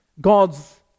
God's